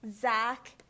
Zach